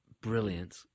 brilliant